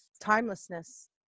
timelessness